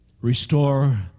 restore